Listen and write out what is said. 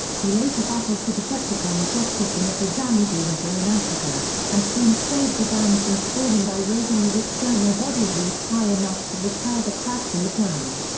he later battled the decepticon dropkick in at the zambezi river in africa, and soon saved a dam from falling by raising his external body heat high enough to repair the cracks in the dam.